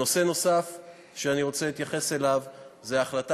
נושא נוסף שאני רוצה להתייחס אליו הוא ההחלטה